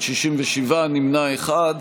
אם הם